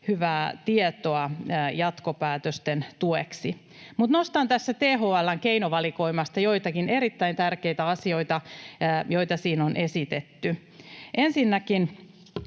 hyvää tietoa jatkopäätösten tueksi. Nostan tässä THL:n keinovalikoimasta joitakin erittäin tärkeitä asioita, joita siinä on esitetty: Ensinnäkin